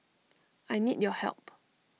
I need your help